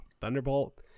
thunderbolt